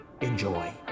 Enjoy